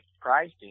pricing